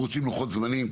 אנחנו רוצים לוחות זמנים.